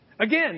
Again